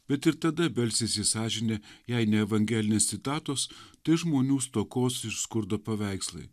bet ir tada belsis į sąžinę jei ne evangelinės citatos tai žmonių stokos ir skurdo paveikslai